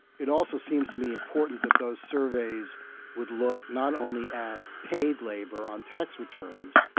it also seems to me important that those surveys would look not only at paid labor on tax returns,